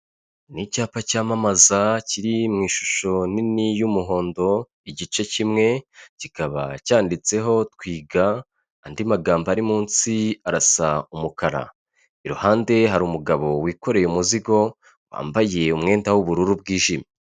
N'icyapa cyamamaza kiri mu ishusho nini y'umuhondo igice kimwe kikaba cyanditseho twiga andi magambo ari munsi arasa umukara, iruhande hari umugabo wikoreye umuzigo wambaye umwenda w'ubururu bwijimye.